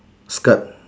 skirt